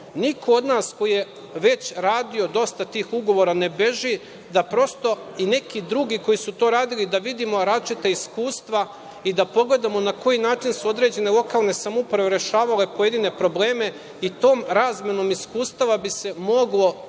Niko od nas ko je već radio dosta tih ugovora, ne beži da prosto i neki drugi koji su to radili, da vidimo različita iskustva i da pogledamo na koji način su određene lokalne samouprave rešavale pojedine probleme i tom razmenom iskustava bi se moglo toga